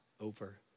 over